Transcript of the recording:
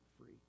free